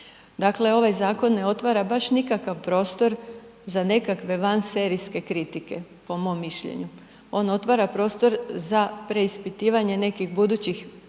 Dakle, ovaj zakon ne otvara baš nikakav prostor za nekakve van serijske kritike po mom mišljenju. On otvara prostor za preispitivanje nekih budućih potreba